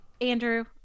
Andrew